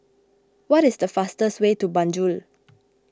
what is the fastest way to Banjul